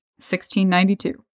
1692